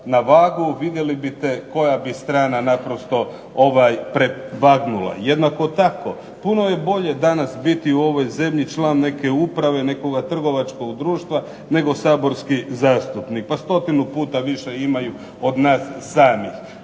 na vagu vidjeli biste koja bi strana naprosto prevagnula. Jednako tako puno je bolje danas biti u ovoj zemlji član neke uprave nekoga trgovačkog društva, nego saborski zastupnik, pa stotinu puta više imaju od nas samih.